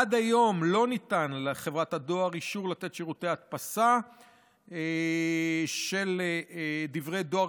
עד היום לא ניתן לחברת הדואר אישור לתת שירותי הדפסה של דברי דואר